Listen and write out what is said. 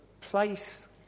place